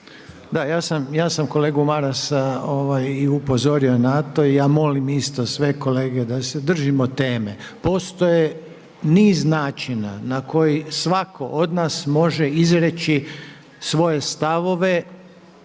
ja sam kolegu Marasa i upozorio na to i ja molim isto sve kolege da se držimo teme. Postoji niz načina na koje svatko od nas može izreći svoje stavove